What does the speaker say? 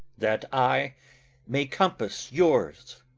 that i may compass yours.